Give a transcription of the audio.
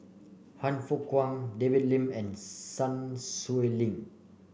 Han Fook Kwang David Lim and Sun Xueling